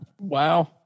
Wow